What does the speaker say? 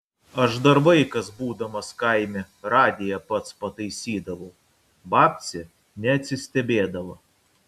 aš dar vaikas būdamas kaime radiją pats pataisydavau babcė neatsistebėdavo